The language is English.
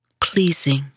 pleasing